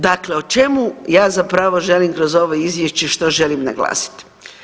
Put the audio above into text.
Dakle, o čemu ja zapravo želim kroz ovo izvješće, što želim naglasit?